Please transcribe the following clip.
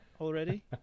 already